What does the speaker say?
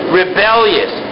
rebellious